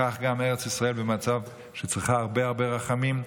כך גם ארץ ישראל במצב שהיא צריכה הרבה הרבה רחמים.